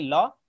Law